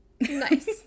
Nice